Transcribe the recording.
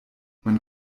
man